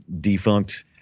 defunct